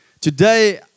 Today